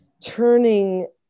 turning